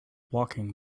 walking